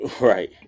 Right